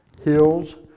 Hills